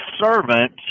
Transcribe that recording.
servant